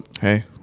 hey